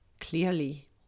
clearly